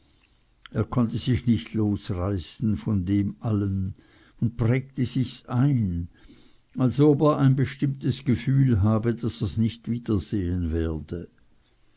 er konnte sich nicht losreißen von dem allen und prägte sich's ein als ob er ein bestimmtes gefühl habe daß er's nicht wiedersehen werde